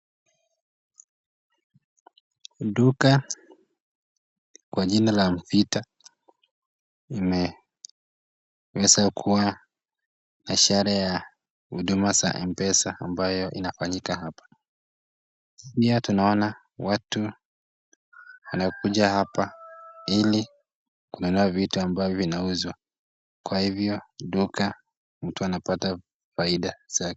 Duka kwa jina la mvuta linaeza kuwa biashara ya huduma ya M-pesa ambayo inafanyika hapa, pia tunaona watu wanakuja hapa ili kununua vitu ambavyo vinauzwa kwa hivyo duka mtu anapata faida zake.